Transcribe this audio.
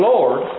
Lord